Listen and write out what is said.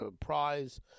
Prize